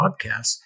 podcasts